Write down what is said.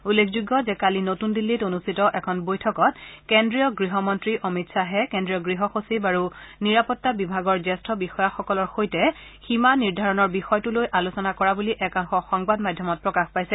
উল্লেখযোগ্য যে কালি নতন দিল্লীত অনষ্ঠিত এখন বৈঠকত কেন্দ্ৰীয় গৃহমল্লী অমিত খাহে কেন্দ্ৰীয় গৃহ সচিব আৰু নিৰাপত্তা বিভাগৰ জ্যেষ্ঠ বিষয়াসকলৰ সৈতে সীমা নিৰ্ধাৰণৰ বিষয়টো লৈ আলোচনা কৰা বুলি একাংশ সংবাদ মাধ্যমত প্ৰকাশ পাইছে